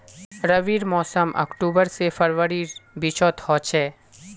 रविर मोसम अक्टूबर से फरवरीर बिचोत होचे